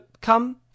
come